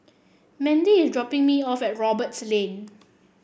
Mendy is dropping me off at Roberts Lane